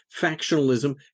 factionalism